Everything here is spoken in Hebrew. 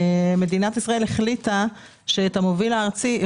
מדינת ישראל החליטה שאת המוביל הארצי היא